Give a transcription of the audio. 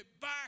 back